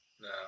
No